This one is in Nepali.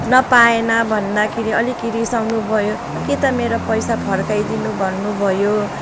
नपाएन भन्दाखेरि अलिक रिसाउनु भयो कि त मेरो पैसा फर्काइदिनु भन्नुभयो